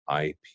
IP